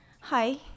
hi